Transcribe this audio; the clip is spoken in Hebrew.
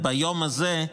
ביום הזה,